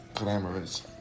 glamorous